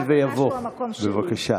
בבקשה.